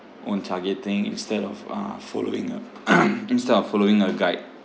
own target thing instead of uh following a instead of following a guide